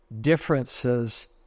differences